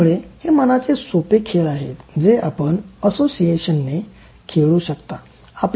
त्यामुळे हे मनाचे सोपे खेळ आहेत जे आपण असोसियेशनने खेळू शकता